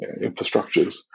infrastructures